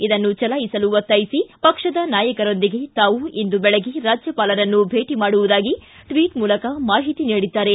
ಇದನ್ನು ಚಲಾಯಿಸಲು ಒತ್ತಾಯಿಸಿ ಪಕ್ಷದ ನಾಯಕರೊಂದಿಗೆ ತಾವು ಇಂದು ಬೆಳಗ್ಗೆ ರಾಜ್ಯಪಾಲರನ್ನು ಭೇಟ ಮಾಡುವುದಾಗಿ ಟ್ವಟ್ ಮೂಲಕ ಮಾಹಿತಿ ನೀಡಿದ್ದಾರೆ